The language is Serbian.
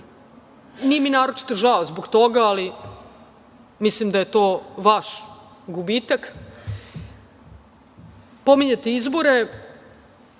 Nije mi naročito žao zbog toga, ali mislim da je to vaš gubitak. Pominjete izbore.